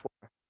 four